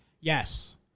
Yes